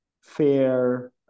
fair